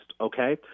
okay